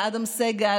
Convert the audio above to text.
אדם סגל,